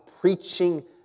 preaching